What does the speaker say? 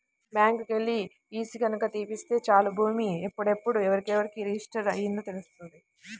బ్యాంకుకెల్లి ఈసీ గనక తీపిత్తే చాలు భూమి ఎప్పుడెప్పుడు ఎవరెవరికి రిజిస్టర్ అయ్యిందో తెలుత్తది